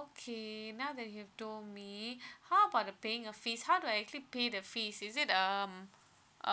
okay now that you've told me how about the paying uh fees how do I actually play the fees is it um